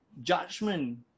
judgment